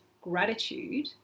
gratitude